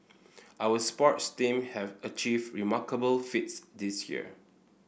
our sports team have achieved remarkable feats this year